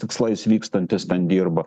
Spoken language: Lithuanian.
tikslais vykstantys ten dirba